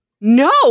No